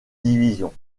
division